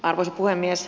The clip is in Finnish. arvoisa puhemies